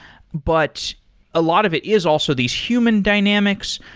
but a lot of it is also these human dynamics.